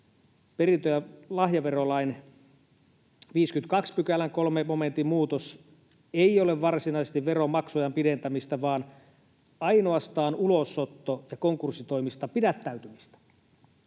perintö- ja lahjaverolain 52 §:n 3 momentin muutos ei ole varsinaisesti veron maksuajan pidentämistä vaan ainoastaan ulosotto- ja konkurssitoimista pidättäytymistä.